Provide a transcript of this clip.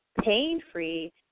pain-free